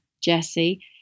Jesse